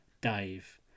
Dave